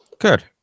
Good